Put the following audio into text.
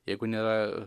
jeigu nėra